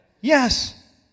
yes